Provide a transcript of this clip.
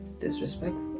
disrespectful